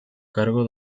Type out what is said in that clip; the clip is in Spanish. cargo